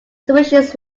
suspicions